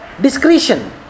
discretion